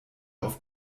auf